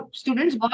students